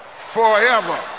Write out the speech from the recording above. forever